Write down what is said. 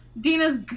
Dina's